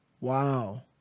Wow